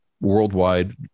Worldwide